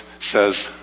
says